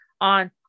on